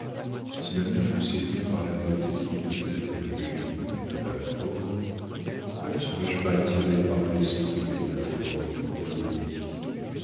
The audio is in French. si ma mère fut séduite par la beauté qui peut-être est le génie de la forme pourquoi ne serais-je pas attirée par l'esprit et la forme réunis